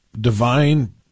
divine